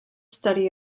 study